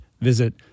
visit